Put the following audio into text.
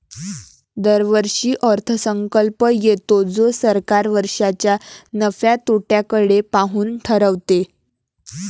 दरवर्षी अर्थसंकल्प येतो जो सरकार वर्षाच्या नफ्या तोट्याकडे पाहून ठरवते